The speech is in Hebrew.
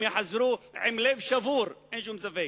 הם יחזרו עם לב שבור, אין שום ספק.